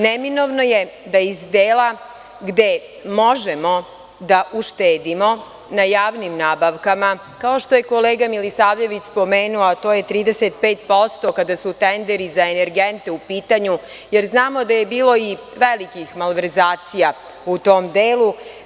Neminovno je da iz dela gde možemo da uštedimo na javnim nabavkama, kao što je kolega Milisavljević spomenuo, a to je 35% kada su tenderi za energente u pitanju, jer znamo da je bilo i velikih malverzacija u tom delu.